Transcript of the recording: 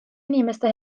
inimeste